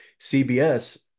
CBS